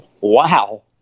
wow